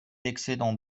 l’excédent